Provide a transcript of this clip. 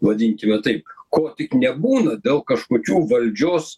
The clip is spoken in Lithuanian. vadinkime taip ko tik nebūna dėl kažkokių valdžios